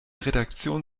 redaktion